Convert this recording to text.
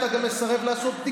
אתה גם חבר כנסת.